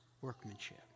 workmanship